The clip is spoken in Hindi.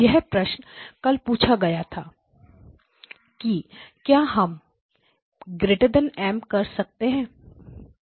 यह प्रश्न कल पूछा गया था कि क्या हम M कर सकते हैं